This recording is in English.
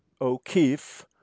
O'Keefe